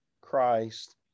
Christ